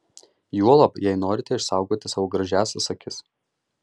juolab jei norite išsaugoti savo gražiąsias akis